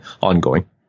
ongoing